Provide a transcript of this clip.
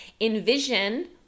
envision